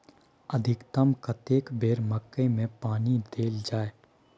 अधिकतम कतेक बेर मकई मे पानी देल जाय?